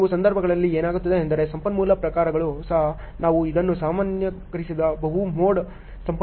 ಕೆಲವು ಸಂದರ್ಭಗಳಲ್ಲಿ ಏನಾಗುತ್ತದೆ ಎಂದರೆ ಸಂಪನ್ಮೂಲ ಪ್ರಕಾರಗಳು ಸಹ ನಾವು ಇದನ್ನು ಸಾಮಾನ್ಯೀಕರಿಸಿದ ಬಹು ಮೋಡ್ ಸಂಪನ್ಮೂಲ ಸಂಯೋಜನೆಗಳೆಂದು ಕರೆಯುತ್ತೇವೆ